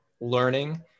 learning